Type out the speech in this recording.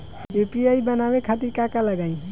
UPI बनावे खातिर का का लगाई?